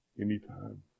anytime